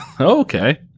Okay